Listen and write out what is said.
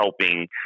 helping